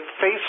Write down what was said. face